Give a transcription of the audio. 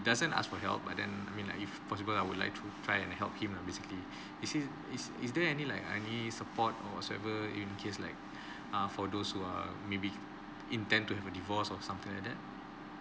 doesn't ask for help but then I mean like if possible I would like to try and help him lah basically is he is is there any like any support or whatsoever in case like uh for those who are maybe intend to have a divorce or something like that